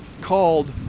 called